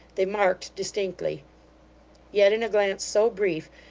they marked distinctly yet in a glance so brief,